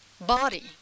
body